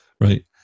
right